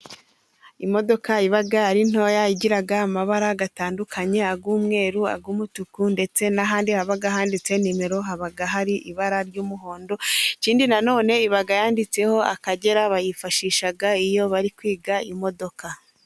Imodoka iba ari ntoya igira amabara atandukanye ay'umweru, ay'umutuku ndetse n'ahandi haba handitse nimero, haba hari ibara ry'umuhondo, ikindi nanone ibaga yanditseho akagera, bayifashisha iyo bari kwiga imodoka.